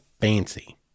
fancy